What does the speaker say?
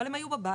אבל הם היו בבית,